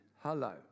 Hello